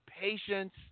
patience